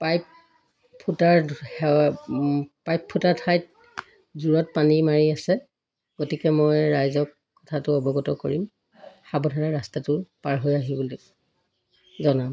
pipe ফুটাৰ pipe ফুটাৰ ঠাইত জোৰত পানী মাৰি আছে গতিকে মই ৰাইজক কথাটো অৱগত কৰিম সাৱধানে ৰাস্তাটো পাৰ হৈ আহিবলৈ জনাম